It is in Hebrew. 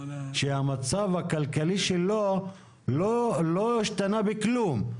כשהמצב הכלכלי שלו לא השתנה בכלום.